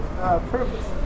purpose